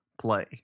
play